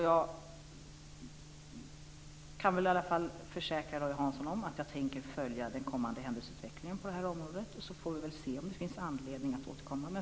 Jag kan i alla fall försäkra Roy Hansson att jag tänker följa den kommande händelseutvecklingen på det här området, och då får vi se om det finns anledning att återkomma.